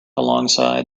alongside